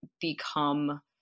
become